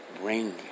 Bring